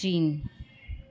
चीन